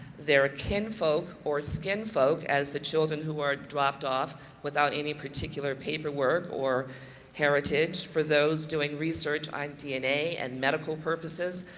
their kin folk or skin folk, as the children who are dropped off without any particular paperwork or heritage for those doing research on dna and medical purposes,